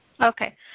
Okay